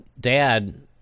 Dad